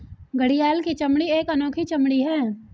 घड़ियाल की चमड़ी एक अनोखी चमड़ी है